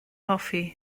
hoffi